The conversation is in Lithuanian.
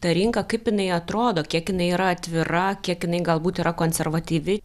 tą rinką kaip jinai atrodo kiek jinai yra atvira kiek jinai galbūt yra konservatyvi